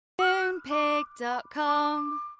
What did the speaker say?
Moonpig.com